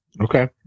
Okay